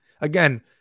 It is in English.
Again